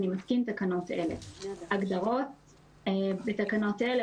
אני מתקין תקנות אלה: הגדרות 1. בתקנות אלה,